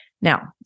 Now